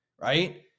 right